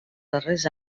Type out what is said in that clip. darrers